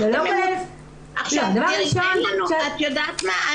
את יודעת מה?